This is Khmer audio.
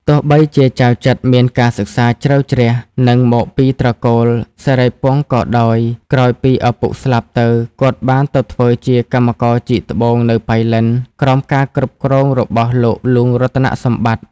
ទោះបីជាចៅចិត្រមានការសិក្សាជ្រៅជ្រះ និងមកពីត្រកូលសិរីពង្សក៏ដោយ ក្រោយពីឪពុកស្លាប់ទៅ គាត់បានទៅធ្វើការជាកម្មករជីកត្បូងនៅប៉ៃលិនក្រោមការគ្រប់គ្រងរបស់លោកហ្លួងរតនសម្បត្តិ។